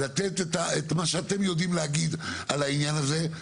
לתת את מה שאתם יודעים להגיד על העניין הזה,